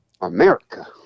America